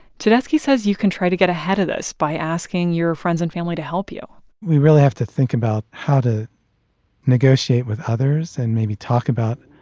tedeschi says you can try to get ahead of this by asking your friends and family to help you you really have to think about how to negotiate with others and maybe talk about,